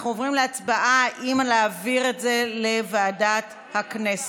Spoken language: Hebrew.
אנחנו עוברים להצבעה אם להעביר את זה לוועדת הכנסת.